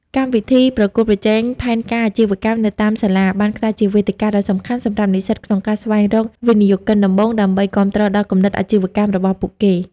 កម្មវិធីប្រកួតប្រជែងផែនការអាជីវកម្មនៅតាមសាលា បានក្លាយជាវេទិកាដ៏សំខាន់សម្រាប់និស្សិតក្នុងការស្វែងរក "វិនិយោគិនដំបូង" ដើម្បីគាំទ្រដល់គំនិតអាជីវកម្មរបស់ពួកគេ។